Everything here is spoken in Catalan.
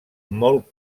molt